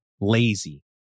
lazy